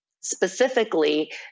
specifically